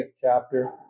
chapter